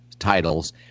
titles